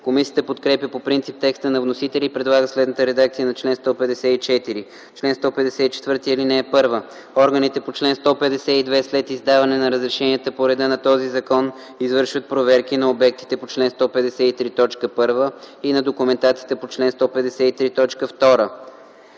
Комисията подкрепя по принцип текста на вносителя и предлага следната редакция на чл. 154: „Чл. 154. (1) Органите по чл. 152 след издаване на разрешенията по реда на този закон извършват проверки на обектите по чл. 153, т. 1 и на документацията по чл. 153,